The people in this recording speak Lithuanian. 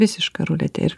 visiška ruletė ir